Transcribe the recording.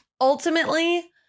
ultimately